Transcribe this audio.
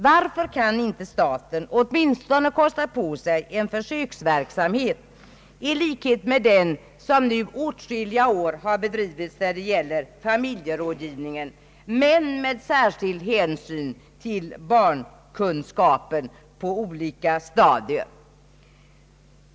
Varför kan inte staten åtminstone kosta på sig en försöksverk samhet, i likhet med den som nu åtskilliga år har bedrivits när det gäller familjerådgivningen, men med särskild hänsyn till barnkunskapen på olika stadier?